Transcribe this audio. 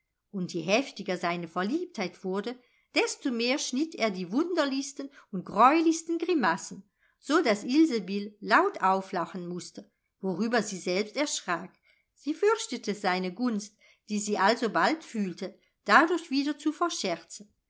und je heftiger seine verliebtheit wurde desto mehr schnitt er die wunderlichsten und greulichsten grimassen so daß ilsebill laut auflachen mußte worüber sie selbst erschrak sie fürchtete seine gunst die sie alsobald fühlte dadurch wieder zu verscherzen